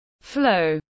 flow